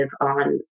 on